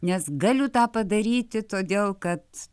nes galiu tą padaryti todėl kad